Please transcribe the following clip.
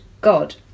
God